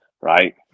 Right